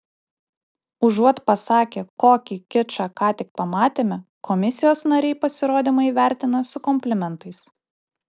užuot pasakę kokį kičą ką tik pamatėme komisijos nariai pasirodymą įvertina su komplimentais